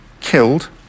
killed